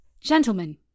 gentlemen